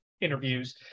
interviews